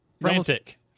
frantic